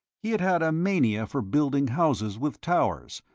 he had had a mania for building houses with towers,